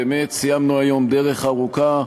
באמת סיימנו היום דרך ארוכה,